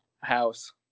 House